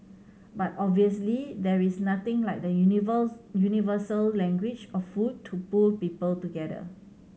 but obviously there is nothing like the universal language of food to pull people together